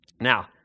Now